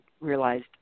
realized